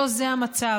לא זה המצב,